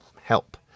help